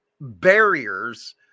barriers